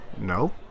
No